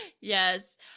Yes